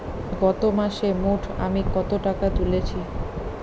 গত মাসে মোট আমি কত টাকা তুলেছি?